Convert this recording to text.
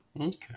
Okay